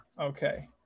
okay